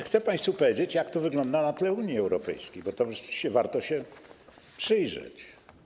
Chcę państwu powiedzieć, jak to wygląda na tle Unii Europejskiej, bo warto się przyjrzeć.